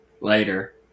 Later